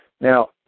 Now